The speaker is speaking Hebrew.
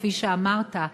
כפי שאמרת,